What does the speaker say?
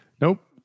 Nope